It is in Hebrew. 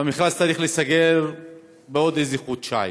והמכרז צריך להיסגר בעוד כחודשיים,